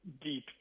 deep